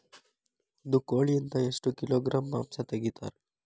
ಒಂದು ಕೋಳಿಯಿಂದ ಎಷ್ಟು ಕಿಲೋಗ್ರಾಂ ಮಾಂಸ ತೆಗಿತಾರ?